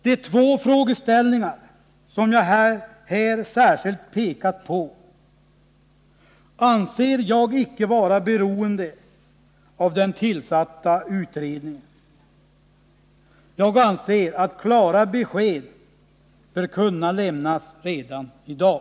De två frågeställningar som jag här särskilt pekat på anser jag icke vara beroende av den tillsatta utredningen. Jag anser att klara besked bör kunna lämnas redan i dag.